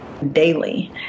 daily